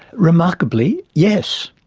remarkably yes,